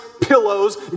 pillows